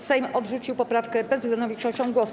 Sejm odrzucił poprawkę bezwzględną większością głosów.